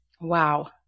Wow